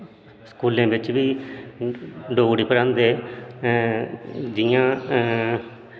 स्कूलें बिच्च बी डोगरी पढ़ांदे जियां